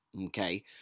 okay